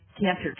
cancer